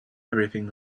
everything